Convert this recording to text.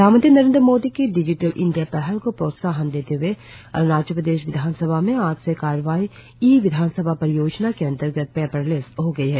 प्रधानमंत्री नरेंद्र मोदी की digital India पहल को प्रोत्साहन देते हुए अरुणाचल प्रदेश विधानसभा में आज से कार्रवाई ई विधानसभा परियोजना के अंतर्गत पेपर लेस हो गई है